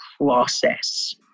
process